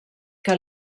que